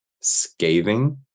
scathing